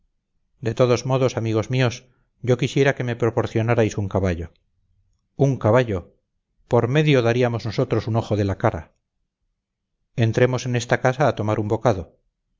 de todos modos amigos míos yo quisiera que me proporcionarais un caballo un caballo por medio daríamos nosotros un ojo de la cara entremos en esta casa a tomar un bocado